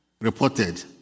reported